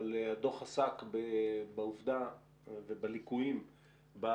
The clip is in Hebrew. אבל הדוח עסק בעובדה ובליקויים ב-,